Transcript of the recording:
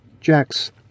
Jax